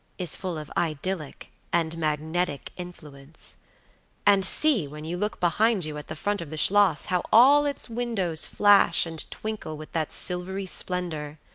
is full of idyllic and magnetic influence and see, when you look behind you at the front of the schloss how all its windows flash and twinkle with that silvery splendor,